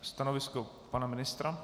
Stanovisko pana ministra?